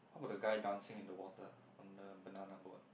how about the guy dancing in the water on the banana boat